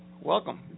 welcome